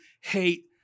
hate